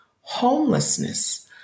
Homelessness